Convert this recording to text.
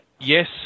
yes